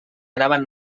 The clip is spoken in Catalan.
anaven